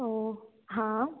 हो हा